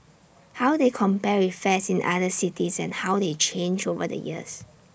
how they compare with fares in other cities and how they change over the years